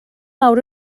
lawr